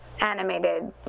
Animated